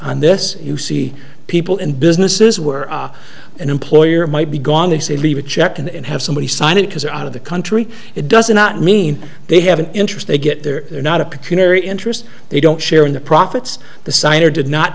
on this you see people and businesses were an employer might be gone they say leave a check and have somebody sign it because they're out of the country it doesn't not mean they have an interest they get there they're not a particular interest they don't share in the profits the signer did not